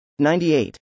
98